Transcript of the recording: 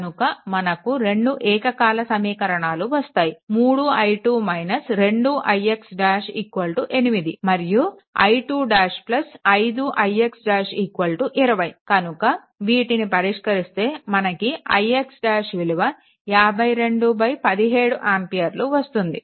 కనుక మనకు 2 ఏకకాల సమీకరణాలు వస్తాయి 3 i2 2 ix ' 8 మరియు i2 5 ix ' 20 కనుక వీటిని పరిష్కరిస్తే మనకు ix ' విలువ 5217 ఆంపియర్లు వస్తుంది